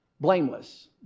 blameless